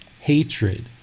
hatred